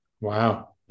Wow